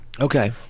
Okay